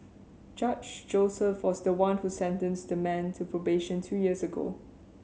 Judge Joseph was the one who sentenced the man to probation two years ago